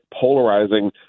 polarizing